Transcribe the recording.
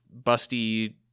busty